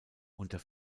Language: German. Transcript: unter